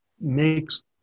makes